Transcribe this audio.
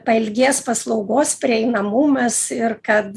pailgės paslaugos prieinamumas ir kad